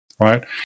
Right